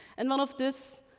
and one of this